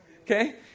Okay